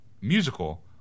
musical